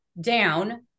Down